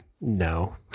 no